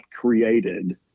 created